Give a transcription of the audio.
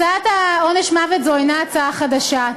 הצעת עונש מוות היא הצעה שאינה חדשה.